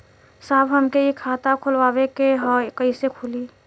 साहब हमके एक खाता खोलवावे के ह कईसे खुली?